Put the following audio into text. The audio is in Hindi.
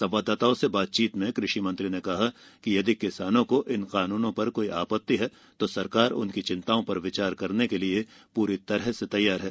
संवाददाताओं से बातचीत में कृषि मंत्री ने कहा कि यदि किसानों को इन कानूनों पर कोई आपत्ति है तो सरकार उनकी चिंताओं पर विचार के लिए पूरी तरह से तैयार है